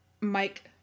mike